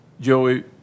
Joey